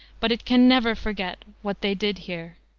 but it can never forget what they did here.